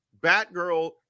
Batgirl